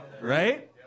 Right